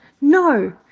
No